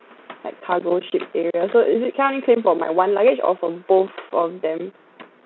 like cargo ship area so is it can I only claim for my one luggage or for both of them